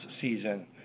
season